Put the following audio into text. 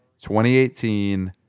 2018